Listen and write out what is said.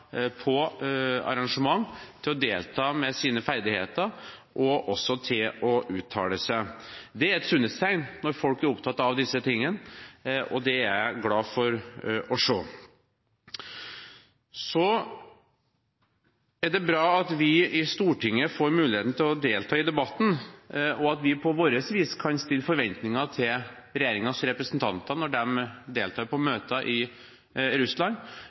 på arrangementer – til å delta med sine ferdigheter – og også til å uttale seg. Det er et sunnhetstegn når folk er opptatt av disse tingene, og det er jeg glad for å se. Det er bra at vi i Stortinget får muligheten til å delta i debatten, og at vi på vårt vis kan uttrykke våre forventninger til regjeringens representanter når de deltar på møter i Russland.